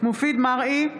מופיד מרעי,